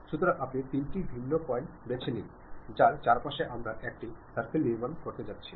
সুতরাং আপনি তিনটি ভিন্ন পয়েন্ট বেছে নিন যার চারপাশে আমরা একটি সার্কেল নির্মাণ করতে যাচ্ছি